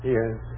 Yes